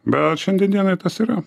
bet šiandien dienai tas yra